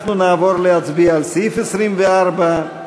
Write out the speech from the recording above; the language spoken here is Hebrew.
ההסתייגויות לסעיף 24,